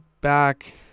back